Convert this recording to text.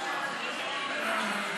שעות עבודה ומנוחה.